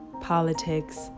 politics